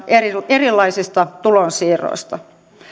erilaisista tulonsiirroista